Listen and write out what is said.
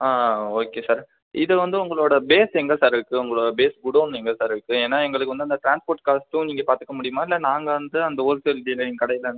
okay sir இது வந்து உங்களோடய பேஸ் எங்கே சார் இருக்குது உங்களோடய பேஸ் குடவுன் எங்கே சார் இருக்குது ஏனால் எங்களுக்கு வந்து அந்த டிரான்ஸ்போர்ட் காஸ்ட்டும் நீங்கள் பார்த்துக்க முடியுமா இல்லை நாங்கள் வந்து அந்த ஹோல்சேல் டீலரிங் கடையில்